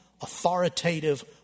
authoritative